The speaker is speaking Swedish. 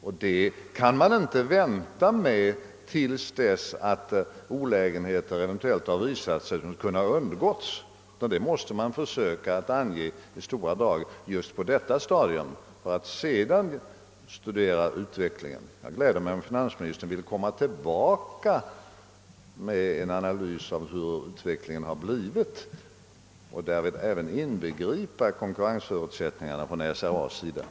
Den diskussionen kan man inte vänta med tills olägenheter som kunnat undgås eventuellt visar sig. Man måste försöka ange de stora dragen redan på detta stadium för att sedan studera utvecklingen. Det skulle glädja mig, om finansministern ville medverka till en analys av utvecklingen, konkurrensförutsättningarna för SRA däri inbegripna.